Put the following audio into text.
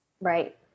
Right